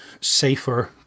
safer